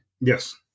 Yes